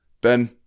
Ben